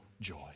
joy